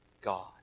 God